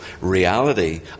reality